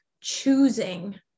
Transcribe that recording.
choosing